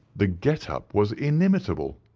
the get-up was inimitable.